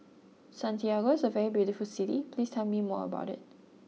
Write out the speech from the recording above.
Santiago is a very beautiful city please tell me more about it